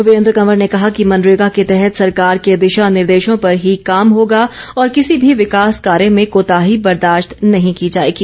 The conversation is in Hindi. वीरेन्द्र कंवर ने कहा कि मनरेगा के तहत सरकार के दिशा निर्देशों पर ही काम होगा और किसी भी विकास कार्य में कोताही बर्दाश्त नहीं की जाएगी